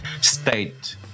state